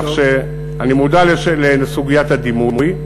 כך שאני מודע לסוגיית הדימוי.